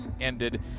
ended